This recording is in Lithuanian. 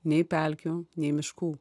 nei pelkių nei miškų